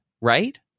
right